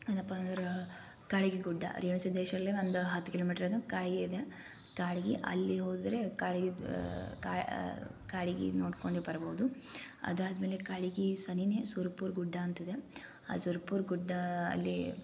ಏನಪ್ಪ ಅಂದ್ರೆ ಕಾಡಿಗಿ ಗುಡ್ಡ ರೇವಣ ಸಿದ್ದೇಶ್ವರ್ಲಿ ಒಂದು ಹತ್ತು ಕಿಲೋ ಮೀಟ್ರಿದೆ ಕಾಡಿಗೆಯಿದೆ ಕಾಡಿಗಿ ಅಲ್ಲಿ ಹೋದರೆ ಕಾಡ್ಗಿದು ಕಾ ಕಾಡಿಗಿ ನೋಡ್ಕೊಂಡೆ ಬರ್ಬೋದು ಅದಾದಮೇಲೆ ಕಾಡಿಗಿ ಸನಿಹನೇ ಸುರ್ಪುರ ಗುಡ್ಡ ಅಂತಿದೆ ಆ ಸುರ್ಪುರ ಗುಡ್ಡ ಅಲ್ಲಿ